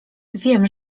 wiem